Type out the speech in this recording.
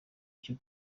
cyo